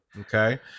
Okay